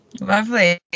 Lovely